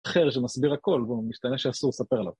אחר שמסביר הכל, והוא משתנה שאסור לספר לו.